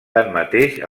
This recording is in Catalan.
tanmateix